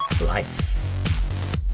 life